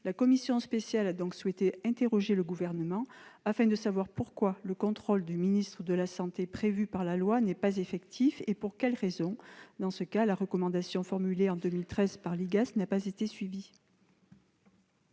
La commission spéciale a donc souhaité interroger le Gouvernement sur ce sujet, afin de savoir pourquoi le contrôle du ministre de la santé prévu par la loi n'était pas effectif et pour quelles raisons la recommandation formulée en 2013 par l'IGAS n'avait pas été suivie.